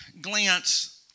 glance